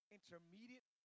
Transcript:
Intermediate